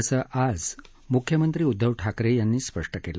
असं आज मुख्यमंत्री उद्दव ठाकरे यांनी स्पष्ट केलं